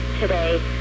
today